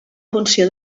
funció